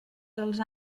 dels